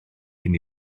cyn